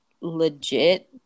legit